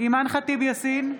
אימאן ח'טיב יאסין,